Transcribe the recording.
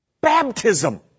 Baptism